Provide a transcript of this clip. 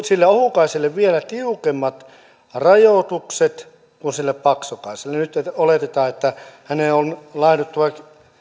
sille ohukaiselle laitetaan vielä tiukemmat rajoitukset kuin sille paksukaiselle nyt oletetaan että heidän on laihduttava